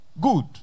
Good